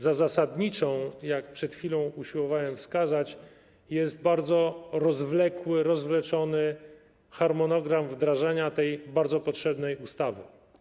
Zasadniczą, jak przed chwilą usiłowałem wskazać, jest bardzo rozwlekły, rozwleczony harmonogram wdrażania tej bardzo potrzebnej ustawy.